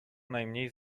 najmniej